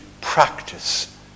practice